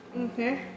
okay